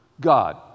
God